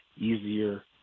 easier